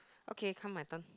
okay come my turn